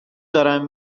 دارم